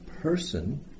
person